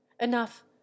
enough